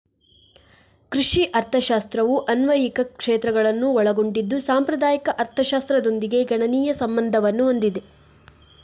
ಕೃಷಿ ಅರ್ಥಶಾಸ್ತ್ರವು ಅನ್ವಯಿಕ ಕ್ಷೇತ್ರಗಳನ್ನು ಒಳಗೊಂಡಿದ್ದು ಸಾಂಪ್ರದಾಯಿಕ ಅರ್ಥಶಾಸ್ತ್ರದೊಂದಿಗೆ ಗಣನೀಯ ಸಂಬಂಧವನ್ನು ಹೊಂದಿದೆ